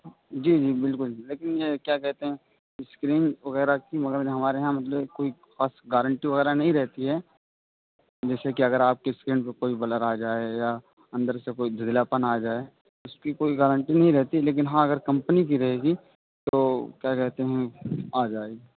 جی جی بالکل لیکن یہ کیا کہتے ہیں اسکرین وغیرہ کی مگر ہمارے یہاں مطلب کوئی خاص گارنٹی وغیرہ نہیں رہتی ہے جیسے کہ اگر آپ کی اسکرین پہ کوئی بلر آجائے یا اندر سے کوئی دھندلاپن آجائے اس کی کوئی گارنٹی نہیں رہتی لیکن ہاں اگر کمپنی کی رہے گی تو کیا کہتے ہیں آجائے گی